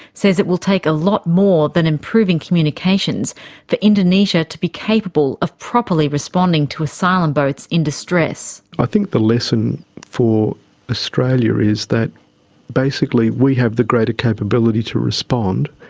says it will take a lot more than improving communications for indonesia to be capable of properly responding to asylum boats in distress. i think the lesson for australia is that basically we have the greater capability to respond.